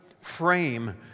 frame